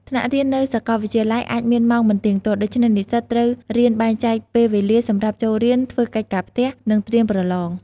ថ្នាក់រៀននៅសាកលវិទ្យាល័យអាចមានម៉ោងមិនទៀងទាត់ ដូច្នេះនិស្សិតត្រូវរៀនបែងចែកពេលវេលាសម្រាប់ចូលរៀន ធ្វើកិច្ចការផ្ទះ និងត្រៀមប្រឡង។